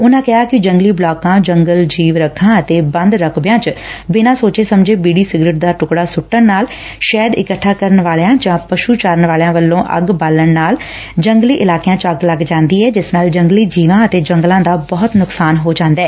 ਉਨਾਂ ਕਿਹਾ ਕਿ ਜੰਗਲੀ ਬਲਾਕਾਂ ਜੰਗਲੀ ਜੀਵ ਰੱਖਾਂ ਅਤੇ ਬੰਦ ਰਕਬਿਆਂ ਵਿੱਚ ਬਿਨਾਂ ਸੋਚੇ ਸਮਝੇ ਬੀੜੀ ਸਿਗਰਟ ਦਾ ਟੁਕੜਾ ਸੁੱਟਣ ਨਾਲ ਸ਼ਹਿਦ ਇਕੱਠਾ ਕਰਨ ਵਾਲਿਆਂ ਜਾਂ ਪਸ਼ੁ ਚਾਰਨ ਵਾਲਿਆਂ ਵੱਲੋਂ ਅੱਗ ਬਾਲਣ ਨਾਲ ਜੰਗਲੀ ਇਲਾਕਿਆਂ ਚ ਅੱਗ ਲੱਗ ਜਾਂਦੀ ਏ ਜਿਸ ਨਾਲ ਜੰਗਲੀ ਜੀਵਾਂ ਅਤੇ ਜੰਗਲਾਂ ਦਾ ਬਹੁਤ ਨੁਕਸਾਨ ਹੋ ਜਾਂਦੈ